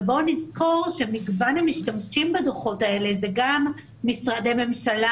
ובואו נזכור שמגוון המשתמשים בדוחות האלה זה גם משרדי ממשלה,